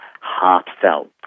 heartfelt